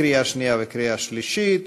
לקריאה שנייה וקריאה שלישית,